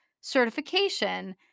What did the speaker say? certification